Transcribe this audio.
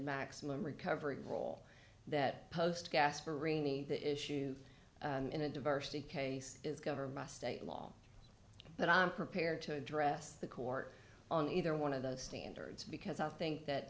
maximum recovery role that post gasper rini the issue in a diversity case is government state law but i'm prepared to address the court on either one of those standards because i think that